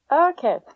Okay